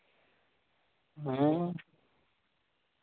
ᱦᱮᱸ